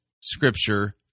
Scripture